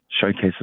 showcases